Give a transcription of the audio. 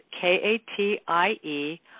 K-A-T-I-E